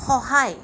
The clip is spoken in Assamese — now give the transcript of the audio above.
সহায়